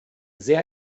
sehr